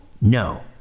no